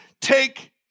take